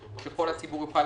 הציבור.